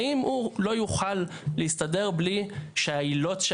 האם הוא לא יוכל להסתדר בלי שהעילות של